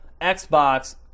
xbox